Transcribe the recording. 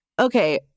Okay